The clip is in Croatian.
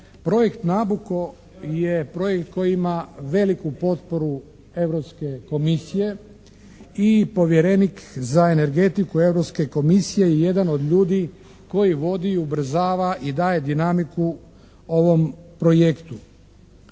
Projekt Nabuco je projekt koji ima veliku potporu Europske komisije i povjerenik za energetiku Europske komisije je jedan od ljudi koji vodi, ubrzava i daje dinamiku ovom projektu.